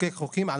לחוקק חוקים,